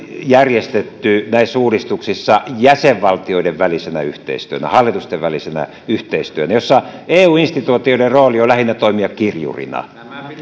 järjestetty näissä uudistuksissa jäsenvaltioiden välisenä yhteistyönä hallitusten välisenä yhteistyönä jossa eu instituutioiden rooli on lähinnä toimia kirjurina